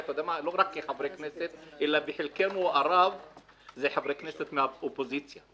לא רק כחברי כנסת אלא חלק גדול מאיתנו הם חברי כנסת מן האופוזיציה.